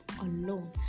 alone